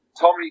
Tommy